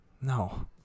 No